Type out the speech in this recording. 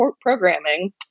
programming